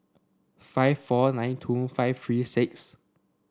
five four nine two five three six